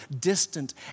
distant